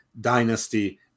dynasty